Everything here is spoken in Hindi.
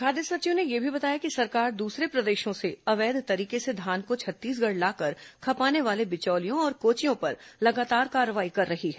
खाद्य सचिव ने यह भी बताया कि सरकार दूसरे प्रदेशों से अवैध तरीके से धान को छत्तीसगढ़ लाकर खपाने वाले बिचौलियों और कोचियों पर लगातार कार्रवाई कर रही है